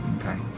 okay